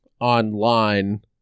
online